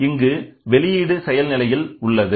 இங்கு வெளியீடு செயல் நிலையில் உள்ளது